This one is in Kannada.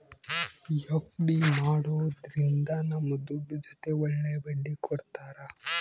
ಎಫ್.ಡಿ ಮಾಡೋದ್ರಿಂದ ನಮ್ ದುಡ್ಡು ಜೊತೆ ಒಳ್ಳೆ ಬಡ್ಡಿ ಕೊಡ್ತಾರ